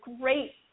great